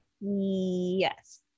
Yes